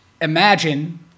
imagine